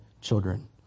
children